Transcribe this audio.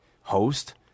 host